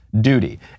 duty